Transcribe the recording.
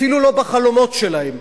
אפילו לא בחלומות שלהם,